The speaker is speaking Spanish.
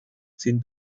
sin